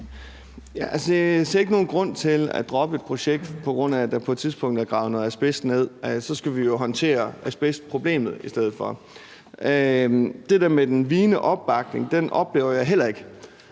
Altså, jeg ser ikke nogen grund til at droppe et projekt, på grund af der på et tidspunkt er blevet gravet noget asbest ned; så skal vi jo håndtere asbestproblemet i stedet for. Det der med den vigende opbakning oplever jeg heller ikke,